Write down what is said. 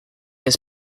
has